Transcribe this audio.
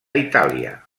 itàlia